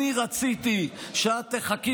אני רציתי שאת תחכי